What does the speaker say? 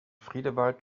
friedewald